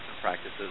practices